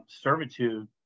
servitude